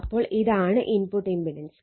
അപ്പോൾ ഇതാണ് input impedance